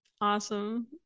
awesome